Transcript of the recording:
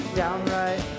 downright